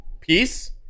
peace